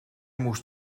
moest